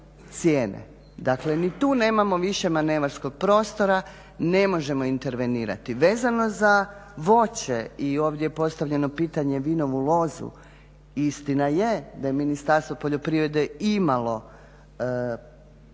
Dakle ni tu nemamo više manevarskog prostora, ne možemo intervenirati. Vezano za voće i ovdje je postavljeno pitanje vinovu lozu, istina je da je Ministarstvo poljoprivrede imalo potporu